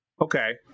Okay